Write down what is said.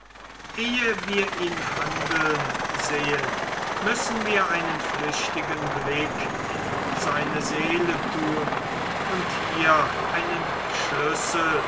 ehe wir ihn handeln sehen müssen wir einen flüchtigen blick in seine seele thun und hier einen schlüssel